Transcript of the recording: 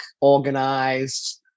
organized